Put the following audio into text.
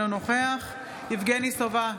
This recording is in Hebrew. אינו נוכח יבגני סובה,